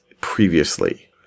previously